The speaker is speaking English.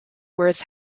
words